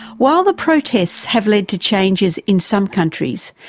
while the protests have led to changes in some countries,